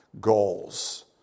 goals